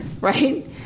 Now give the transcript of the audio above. right